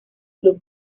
club